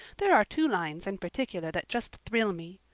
there are two lines in particular that just thrill me.